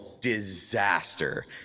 disaster